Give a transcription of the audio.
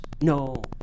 No